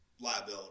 liability